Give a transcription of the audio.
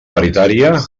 paritària